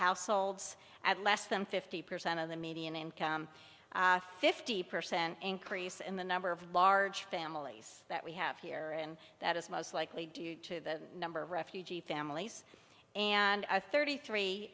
households at less than fifty percent of the median income fifty percent increase in the number of large families that we have here and that is most likely due to the number refugee families and i thirty three